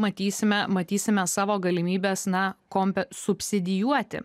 matysime matysime savo galimybes na kompe subsidijuoti